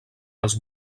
els